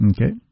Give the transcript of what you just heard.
Okay